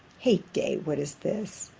hey-day! what, is this